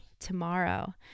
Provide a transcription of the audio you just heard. tomorrow